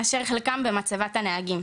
מאשר חלקם במצבת הנהגים.